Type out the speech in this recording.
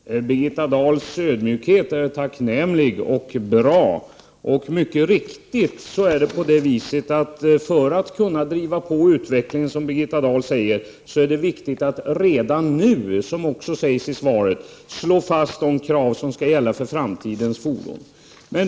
Herr talman! Birgitta Dahls ödmjukhet är tacknämlig och bra. För att kunna driva på utvecklingen, som Birgitta Dahl säger, är det viktigt att man redan nu slår fast de krav som skall gälla för framtidens fordon.